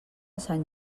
sant